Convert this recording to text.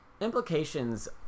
implications